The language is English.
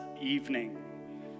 evening